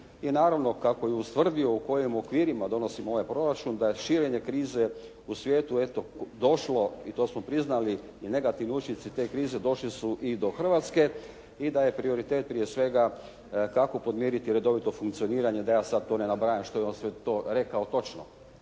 I naravno kako je ustvrdio u kojim okvirima donosimo ovaj proračun, da širenje krize u svijetu došlo i to smo priznali, i negativni učinci te krize došli su i do Hrvatske i da je prioritet prije svega kako podmiriti redovito funkcioniranje da ja sada to ne nabrajam što je on sve rekao točno.